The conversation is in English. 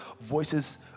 voices